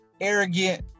arrogant